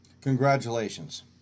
Congratulations